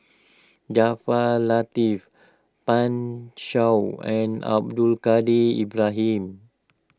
Jaafar Latiff Pan Shou and Abdul Kadir Ibrahim